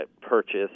purchase